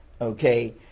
okay